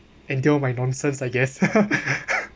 and deal my nonsense I guess